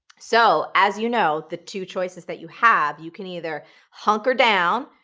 so as you know, the two choices that you have, you can either hunker down,